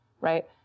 right